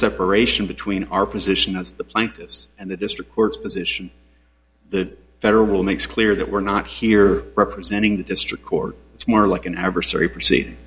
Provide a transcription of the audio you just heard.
separation between our position as the plaintiffs and the district courts position the federal makes clear that we're not here representing the district court it's more like an adversary p